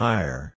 Higher